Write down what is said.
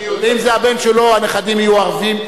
ואם זה הבן שלו הנכדים יהיו ערבים.